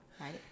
Right